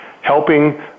helping